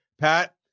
Pat